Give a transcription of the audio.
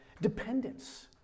dependence